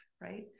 Right